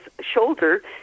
shoulder